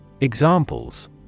Examples